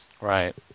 Right